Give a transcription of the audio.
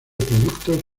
productos